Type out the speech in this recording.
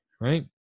right